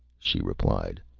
she replied,